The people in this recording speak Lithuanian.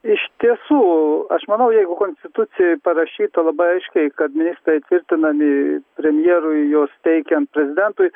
iš tiesų aš manau jeigu konstitucijoj parašyta labai aiškiai kad ministrai tvirtinami premjerui juos teikiant prezidentui